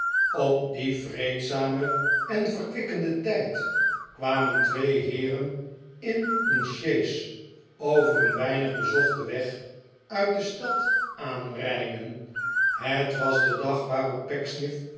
op dien vreedzamen en verkwikkenden tijd kwamen twee heeren in een sjees over een weinig bezochten weg t uit de stad aanrijden het was de dag waarop